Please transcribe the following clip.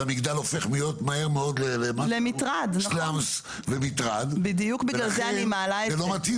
אז המגדל הופך להיות מהר מאוד לסלמס ומטרד ולכן זה לא מתאים